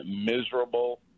miserable